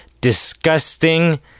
disgusting